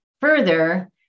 further